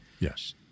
Yes